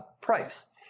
price